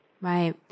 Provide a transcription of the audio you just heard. Right